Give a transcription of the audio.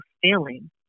feeling